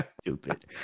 Stupid